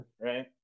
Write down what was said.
Right